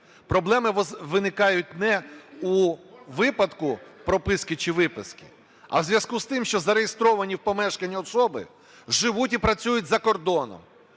Проблеми виникають не у випадку прописки чи виписки, а у зв'язку з тим, що зареєстровані в помешканні особи живуть і працюють за кордоном,